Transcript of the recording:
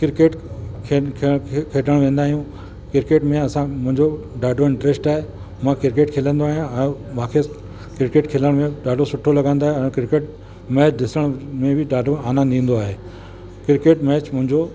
cricket खेॾण वेंदा आहियूं क्रिकेट में असां मुंहिंजो ॾाढो इंट्रेस्ट आहे मां क्रिकेट खेलंदो आहियां ऐं मूंखे क्रिकेट खेॾण में ॾाढो सुठो लॻंदो आहे ऐं क्रिकेट मैच ॾिसण में बि ॾाढो आनंद ईंदो आहे क्रिकेट मैच मुंहिंजो